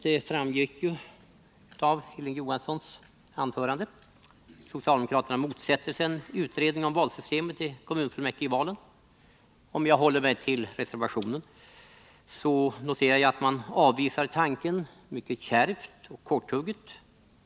Detta framgick av Hilding Johanssons anförande. Socialdemokraterna motsätter sig en utredning om valsystemet i kommunfullmäktigevalen. Jag noterar att man i reservationen avvisar tanken mycket kärvt och korthugget.